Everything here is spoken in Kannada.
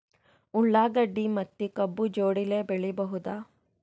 ಉಳ್ಳಾಗಡ್ಡಿ ಮತ್ತೆ ಕಬ್ಬು ಜೋಡಿಲೆ ಬೆಳಿ ಬಹುದಾ?